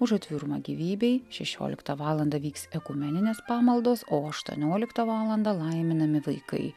už atvirumą gyvybei šešioliktą valandą vyks ekumeninės pamaldos o aštuonioliktą valandą laiminami vaikai